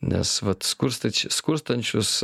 nes vat skurstanči skurstančius